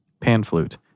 Panflute